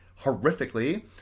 Horrifically